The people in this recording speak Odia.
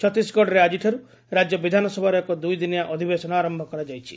ଛତିଶଗଡ଼ରେ ଆଜିଠାର୍ଚ ରାଜ୍ୟ ବିଧାନସଭାର ଏକ ଦୂଇଦିନିଆ ଅଧିବେଶନ ଆରମ୍ଭ କରାଯାଇଛି